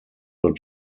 not